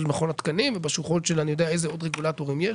מכון התקנים ובשוחות של אני יודע איזה עוד רגולטורים יש.